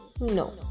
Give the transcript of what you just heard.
No